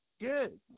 Good